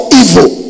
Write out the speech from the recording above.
evil